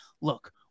look